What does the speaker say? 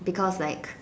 because like